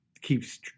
keeps